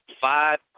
five